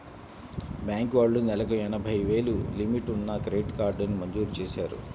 bank వాళ్ళు నెలకు ఎనభై వేలు లిమిట్ ఉన్న క్రెడిట్ కార్డుని మంజూరు చేశారు